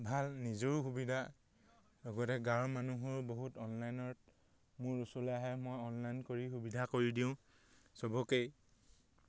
ভাল নিজৰো সুবিধা লগতে গাঁৱৰ মানুহৰো বহুত অনলাইনত মোৰ ওচৰলৈ আহে মই অনলাইন কৰি সুবিধা কৰি দিওঁ চবকেই